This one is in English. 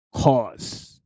cause